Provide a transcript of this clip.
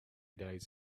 days